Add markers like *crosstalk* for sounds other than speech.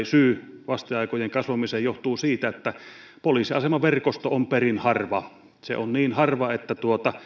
*unintelligible* syy näitten vasteaikojen kasvamiseen johtuu siitä että poliisiasemaverkosto on perin harva se on niin harva että